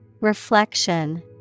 Reflection